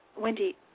Wendy